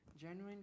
genuine